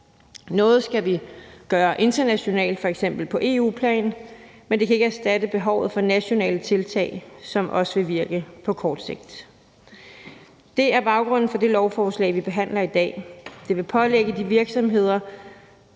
Noget skal vi gøre internationalt, f.eks. på EU-plan, men det kan ikke erstatte behovet for nationale tiltag, som også vil virke på kort sigt. Det er baggrunden for det lovforslag, vi behandler i dag. Det vil pålægge de virksomheder,